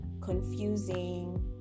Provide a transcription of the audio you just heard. confusing